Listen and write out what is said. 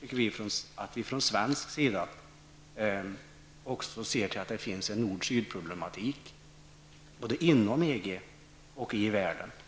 viktigt att vi från svensk sida också ser till nord--sydproblematiken både inom EG och i världen i övrigt.